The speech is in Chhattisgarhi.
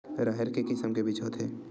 राहेर के किसम के बीज होथे?